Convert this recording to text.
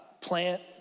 plant